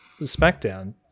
SmackDown